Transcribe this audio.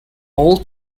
all